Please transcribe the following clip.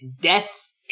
Death